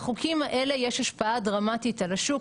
לחוקים האלה יש השפעה דרמטית על השוק.